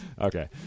Okay